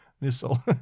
missile